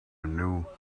new